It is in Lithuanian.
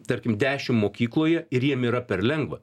tarkim dešim mokykloje ir jiem yra per lengva